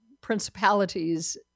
principalities